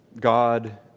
God